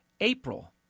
April